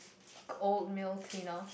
old male cleaner